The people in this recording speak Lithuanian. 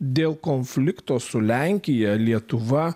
dėl konflikto su lenkija lietuva